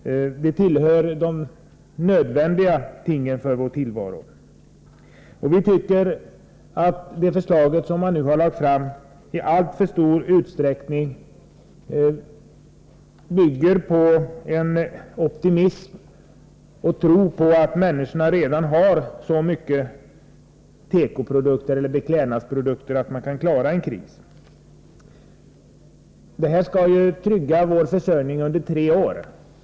De tillhör de nödvändiga tingen i vår tillvaro. Förslaget bygger i alltför stor utsträckning på en optimistisk tro på att vi redan har så mycket av beklädnadsprodukter att vi kan klara en kris. Det program det är fråga om skall trygga vår försörjning under tre år.